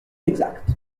exact